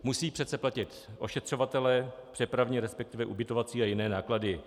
Musí přece platit ošetřovatele, přepravní, resp. ubytovací a jiné náklady.